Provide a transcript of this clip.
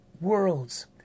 worlds